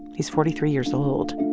he's forty three years old